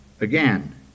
again